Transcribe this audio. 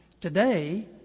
today